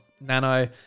Nano